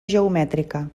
geomètrica